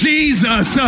Jesus